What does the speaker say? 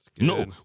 No